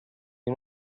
you